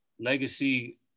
legacy